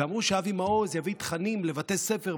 לבתי ספר,